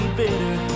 bitter